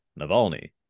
Navalny